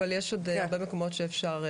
אבל יש עוד הרבה מקומות שאפשר,